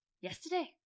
Yesterday